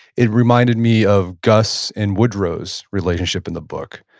it reminded me of gus and woodrow's relationship in the book.